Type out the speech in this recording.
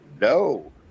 No